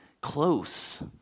close